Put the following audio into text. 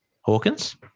Hawkins